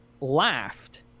laughed